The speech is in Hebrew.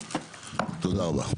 תודה רבה.